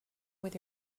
with